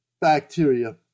bacteria